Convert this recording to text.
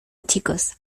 chicos